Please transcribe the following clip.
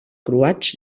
croats